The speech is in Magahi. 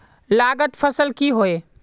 लागत फसल की होय?